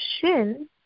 shin